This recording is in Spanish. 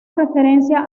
referencia